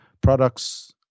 products